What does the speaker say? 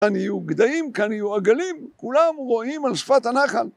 כאן יהיו גדיים, כאן יהיו עגלים, כולם רועים על שפת הנחל.